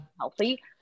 healthy